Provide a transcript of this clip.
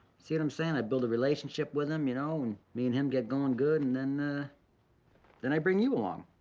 see what i'm saying? i build a relationship with him, you know, and me and him get going good, and then ah then i bring you along.